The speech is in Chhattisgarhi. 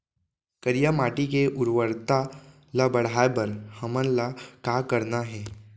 करिया माटी के उर्वरता ला बढ़ाए बर हमन ला का करना हे?